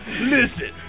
Listen